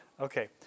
Okay